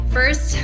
First